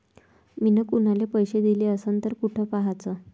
मिन कुनाले पैसे दिले असन तर कुठ पाहाचं?